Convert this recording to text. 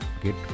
get